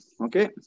okay